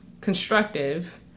constructive